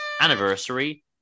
anniversary